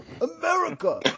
America